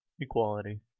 equality